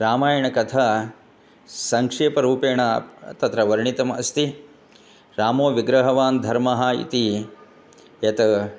रामायणकथा संक्षेपरूपेण तत्र वर्णितम् अस्ति रामो विग्रहवान् धर्मः इति यत्